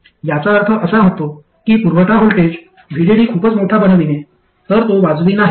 याचा अर्थ असा होतो की पुरवठा व्होल्टेज VDD खूपच मोठा बनविणे तर तो वाजवी नाही